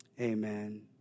amen